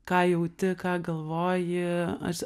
ką jauti ką galvoji aš